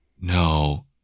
No